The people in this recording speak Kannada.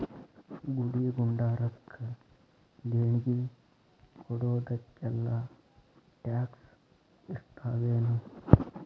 ಗುಡಿ ಗುಂಡಾರಕ್ಕ ದೇಣ್ಗಿ ಕೊಡೊದಕ್ಕೆಲ್ಲಾ ಟ್ಯಾಕ್ಸ್ ಇರ್ತಾವೆನು?